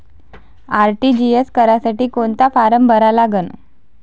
RTGS करासाठी कोंता form भरा लागन?